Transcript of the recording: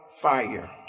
fire